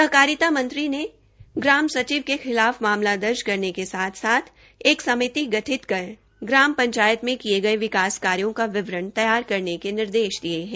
सहकारिता मंत्री ने ग्राम सचिव के खिलाफ मामला दर्ज करने के साथ एक समिति गठित कर ग्राम पंचायत में किये गये विकास कार्यो का विवरण तैयार करने के निर्देश दिये है